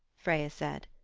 freya said.